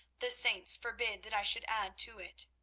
the saints forbid that i should add to it,